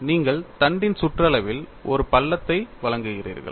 எனவே நீங்கள் தண்டின் சுற்றளவில் ஒரு பள்ளத்தை வழங்குகிறீர்கள்